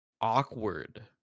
awkward